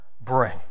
bring